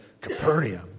Capernaum